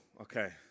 Okay